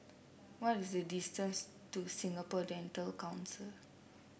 what is the distance to Singapore Dental Council